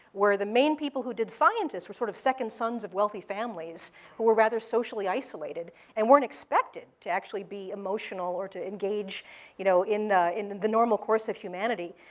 where the main people who did scientists were sort of second sons of wealthy families who were rather socially isolated and weren't expected to actually be emotional or to engage you know in in the normal course of humanity.